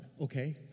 okay